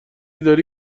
داری